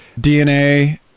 dna